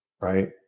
Right